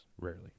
Rarely